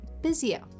busier